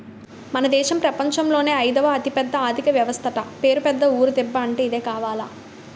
మన దేశం ప్రపంచంలోనే అయిదవ అతిపెద్ద ఆర్థిక వ్యవస్థట పేరు పెద్ద ఊరు దిబ్బ అంటే ఇదే కావాల